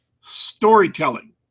storytelling